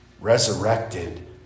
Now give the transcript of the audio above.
resurrected